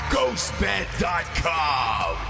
Ghostbed.com